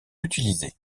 utilisés